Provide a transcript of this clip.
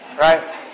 Right